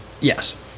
Yes